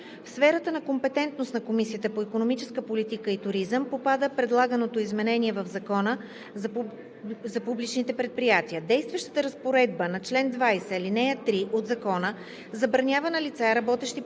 В сферата на компетентност на Комисията по икономическа политика и туризъм попада предлаганото изменение в Закона за публичните предприятия. Действащата разпоредба на чл. 20, ал. 3 от Закона забранява на лица, работещи по трудов